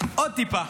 עוד טיפה.